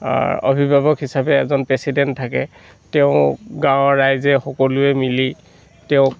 অভিভাৱক হিচাপে এজন প্ৰেছিডেণ্ট থাকে তেওঁ গাঁৱৰ ৰাইজে সকলোৱে মিলি তেওঁক